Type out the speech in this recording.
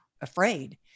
afraid